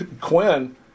Quinn